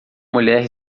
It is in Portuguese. mulher